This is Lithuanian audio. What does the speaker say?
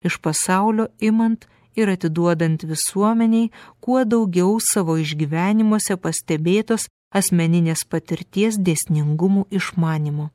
iš pasaulio imant ir atiduodant visuomenei kuo daugiau savo išgyvenimuose pastebėtos asmeninės patirties dėsningumų išmanymo